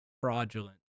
fraudulent